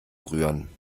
rühren